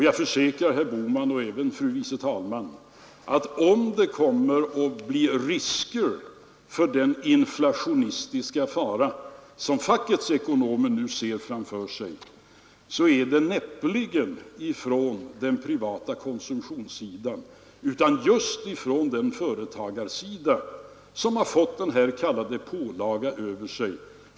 Jag försäkrar herr Bohman och även fru vice talmannen att om det kommer att bli sådana inflationistiska risker som ekonomerna nu ser framför sig, kommer risken näppeligen från den privata konsumtionen utan just från de företagare som har fått denna s.k. pålaga.